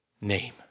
name